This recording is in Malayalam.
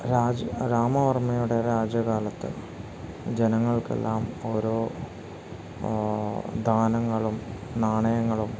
രാമവർമ്മയുടെ രാജ്യകാലത്ത് ജനങ്ങൾക്കെല്ലാം ഓരോ ധാനങ്ങളും നാണയങ്ങളും